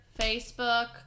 Facebook